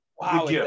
wow